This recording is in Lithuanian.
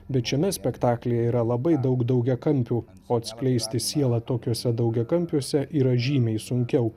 bet šiame spektaklyje yra labai daug daugiakampių o atskleisti sielą tokiuose daugiakampiuose yra žymiai sunkiau